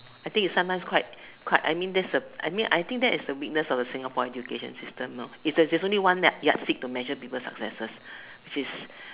I think it's sometimes quite quite I mean that's the I mean I think that's the weakness of Singapore's education system know that there's only one yardstick to measure people's successes which is